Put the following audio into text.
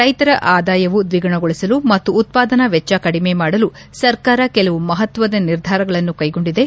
ರೈತರ ಆದಾಯ ದ್ವಿಗುಣಗೊಳಿಸಲು ಮತ್ತು ಉತ್ಪಾದನಾ ವೆಚ್ಚ ಕಡಿಮೆ ಮಾಡಲು ಸರ್ಕಾರ ಕೆಲವು ಮಹತ್ವದ ನಿರ್ಧಾರಗಳನ್ನು ಕೈಗೊಂಡಿದೆ